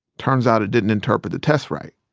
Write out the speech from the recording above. turns out it didn't interpret the tests right.